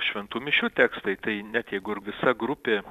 šventų mišių tekstai tai net jeigu ir visa grupė